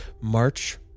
March